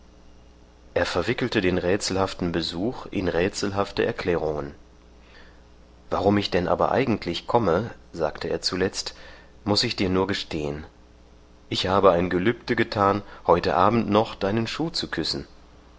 er verwickelte den rätselhaften besuch in rätselhafte erklärungen warum ich denn aber eigentlich komme sagte er zuletzt muß ich dir nur gestehen ich habe ein gelübde getan heute abend noch deinen schuh zu küssen